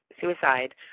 suicide